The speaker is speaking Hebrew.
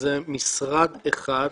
כשזה משרד אחד,